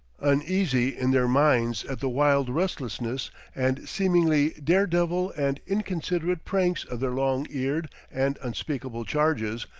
uneasy in their minds at the wild restlessness and seemingly dare-devil and inconsiderate pranks of their long-eared and unspeakable charges,